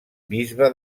bisbe